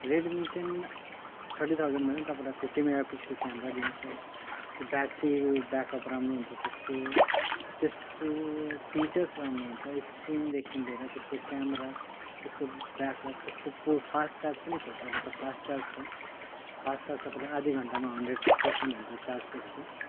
Redmi चाहिँ thirty थाउजनमा होइन तपाईँलाई फिफ्टी मेगापिक्सल क्यामेरा दिन्छ ब्याट्रीहरू ब्याकअप राम्रो हुन्छ त्यसको त्यसको फिचर्स राम्रो हुन्छ स्क्रिनदेखि लिएर त्यसको क्यामेरा त्यसको ब्याकअप त्यसको पो फास्ट चार्ज पनि पाउँछ अहिले त फास्ट चार्ज छ फास्ट चार्ज तपाईँले आदि घन्टामा हन्ड्रेड पर्सेन्ट हुन्छ चार्ज त्यसको